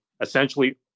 essentially